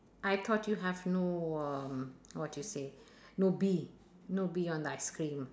I thought you have no uh what you say no bee no bee on the ice cream